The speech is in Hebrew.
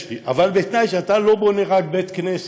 יש לי, אבל בתנאי שאתה לא בונה רק בית-כנסת.